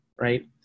right